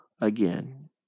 again